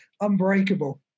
unbreakable